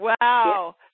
Wow